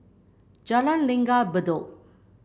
Jalan Langgar Bedok